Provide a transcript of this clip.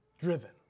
driven